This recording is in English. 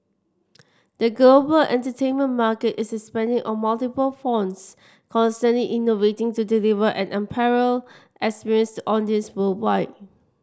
the global entertainment market is expanding on multiple fronts constantly innovating to deliver an unparalleled experience to audiences worldwide